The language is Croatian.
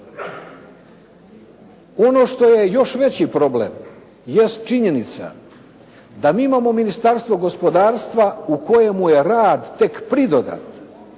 Ono što je još veći problem jest činjenica da mi imamo Ministarstvo gospodarstva u kojemu je rad tek pridodat